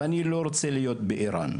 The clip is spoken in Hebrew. ואני לא רוצה להיות באיראן,